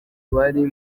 bari